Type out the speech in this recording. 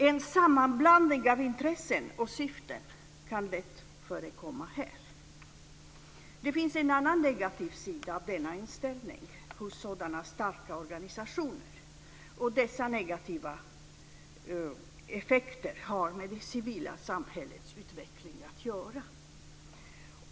En sammanblandning av intressen och syften kan lätt förekomma här. Det finns en annan negativ sida av denna inställning hos sådana starka organisationer. Dessa negativa effekter har med det civila samhällets utveckling att göra.